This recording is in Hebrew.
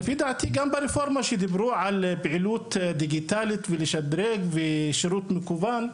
לפי דעתי גם ברפורמה שדיברו על פעילות דיגיטלית ולשדרג ושירות מקוון,